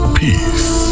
peace